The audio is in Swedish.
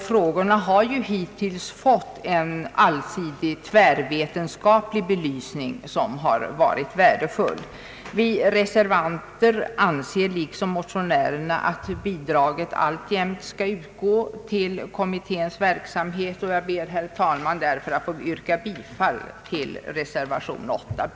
Frågorna har ju hittills fått en allsidig tvärvetenskaplig belysning, som varit värdefull. Vi reservanter anser liksom motionärerna att bidrag alltjämt bör utgå till kommitténs verksamhet. Jag ber därför, herr talman, att få yrka bifall till reservation b.